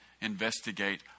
investigate